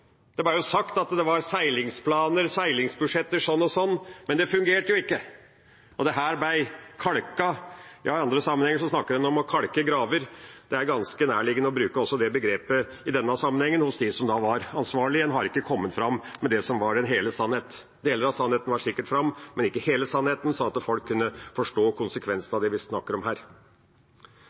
Det ble sagt at det var seilingsplaner, seilingsbudsjetter sånn og sånn, men det fungerte jo ikke. Dette ble kalket – ja, i andre sammenhenger snakker en om å kalke graver, det er ganske nærliggende å bruke det begrepet også i denne sammenhengen – av dem som var ansvarlige. En hadde ikke kommet fram med det som var den hele sannheten. Deler av sannheten kom sikkert fram, men ikke hele sannheten, sånn at folk kunne forstå konsekvensen av det vi snakker om her.